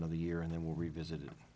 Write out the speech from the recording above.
another year and then we'll revisit it